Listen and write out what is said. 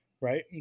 right